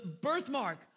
birthmark